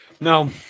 No